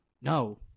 No